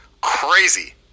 crazy